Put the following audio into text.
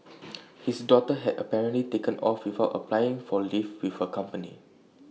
his daughter had apparently taken off without applying for leave with her company